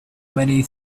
many